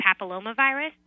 papillomavirus